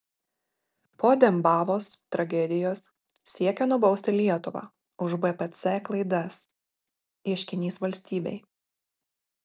po dembavos tragedijos siekia nubausti lietuvą už bpc klaidas ieškinys valstybei